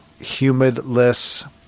humidless